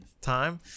time